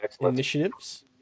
Initiatives